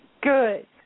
Good